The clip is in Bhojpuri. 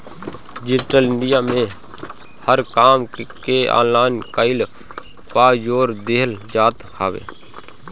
डिजिटल इंडिया में हर काम के ऑनलाइन कईला पअ जोर देहल जात हवे